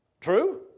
True